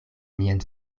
mian